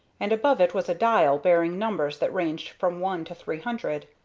and above it was a dial bearing numbers that ranged from one to three hundred.